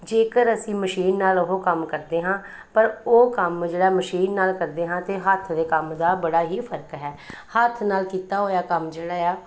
ਜੇਕਰ ਅਸੀਂ ਮਸ਼ੀਨ ਨਾਲ ਉਹ ਕੰਮ ਕਰਦੇ ਹਾਂ ਪਰ ਉਹ ਕੰਮ ਜਿਹੜਾ ਮਸ਼ੀਨ ਨਾਲ ਕਰਦੇ ਹਾਂ ਅਤੇ ਹੱਥ ਦੇ ਕੰਮ ਦਾ ਬੜਾ ਹੀ ਫਰਕ ਹੈ ਹੱਥ ਨਾਲ ਕੀਤਾ ਹੋਇਆ ਕੰਮ ਜਿਹੜਾ ਆ